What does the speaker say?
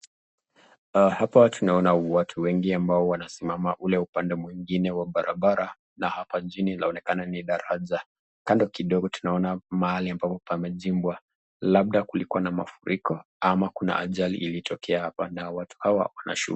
Hapa tunaona watu wengi ambao wanasimamia ule upande mwingine wa barabara na hawa chini ni taraja kando kidogo tunaona mahali mbapo pamechimbwa labda kulikuwa na mafuriko ama kuna ajali ilitokea hapa na watu hawa wanashudia.